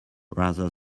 rather